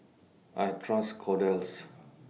I Trust Kordel's